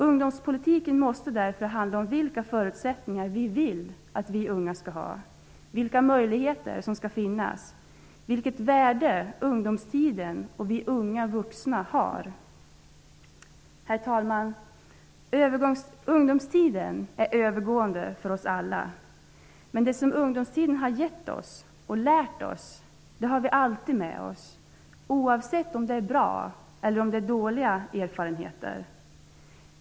Ungdomspolitiken måste därför handla om vilka förutsättningar vi vill att vi unga skall ha, vilka möjligheter som skall finnas och vilket värde ungdomstiden och vi unga vuxna har. Herr talman! Ungdomstiden är övergående för oss alla. Men det som ungdomstiden har gett oss och lärt oss har vi alltid med oss oavsett om det är bra eller dåliga erfarenheter.